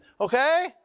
okay